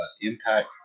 Impact